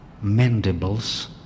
mandibles